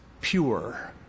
pure